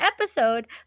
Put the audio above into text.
episode